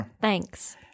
thanks